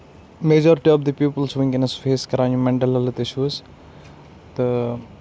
majority of the people چھِ ؤنکیٚنس face کران یِم مینٹل ہیٚلٕتھ اِشوٗز تہٕ